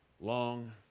long